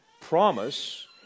promise